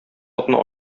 атны